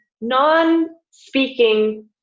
non-speaking